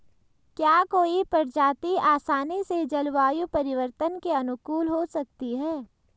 क्या कोई प्रजाति आसानी से जलवायु परिवर्तन के अनुकूल हो सकती है?